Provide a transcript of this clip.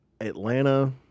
Atlanta